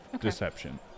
deception